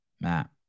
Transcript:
Matt